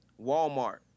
Walmart